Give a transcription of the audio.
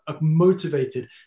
motivated